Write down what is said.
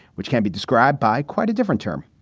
which can be described by quite a different term.